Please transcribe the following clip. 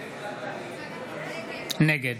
נגד